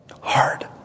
hard